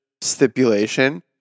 stipulation